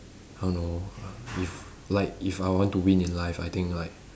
I don't know uh if like if I want to win in life I think like